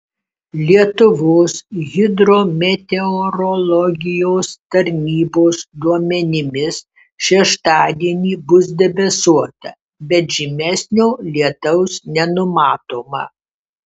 lietuvos hidrometeorologijos tarnybos duomenimis šeštadienį bus debesuota bet žymesnio lietaus nenumatoma